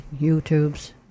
YouTubes